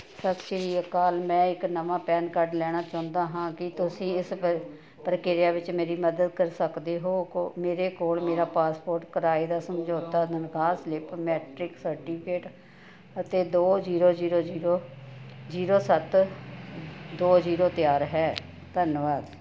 ਸਤਿ ਸ਼੍ਰੀ ਅਕਾਲ ਮੈਂ ਇੱਕ ਨਵਾਂ ਪੈਨ ਕਾਰਡ ਲੈਣਾ ਚਾਹੁੰਦਾ ਹਾਂ ਕੀ ਤੁਸੀਂ ਇਸ ਪ ਪ੍ਰਕਿਰਿਆ ਵਿੱਚ ਮੇਰੀ ਮਦਦ ਕਰ ਸਕਦੇ ਹੋ ਮੇਰੇ ਕੋਲ ਮੇਰਾ ਪਾਸਪੋਰਟ ਕਿਰਾਏ ਦਾ ਸਮਝੌਤਾ ਤਨਖਾਹ ਸਲਿੱਪ ਮੈਟ੍ਰਿਕ ਸਰਟੀਫਿਕੇਟ ਅਤੇ ਦੋ ਜੀਰੋ ਜੀਰੋ ਜੀਰੋ ਜੀਰੋ ਸੱਤ ਦੋ ਜੀਰੋ ਤਿਆਰ ਹੈ ਧੰਨਵਾਦ